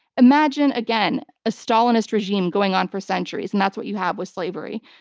imagine again, a stalinist regime going on for centuries, and that's what you have with slavery.